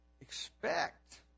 expect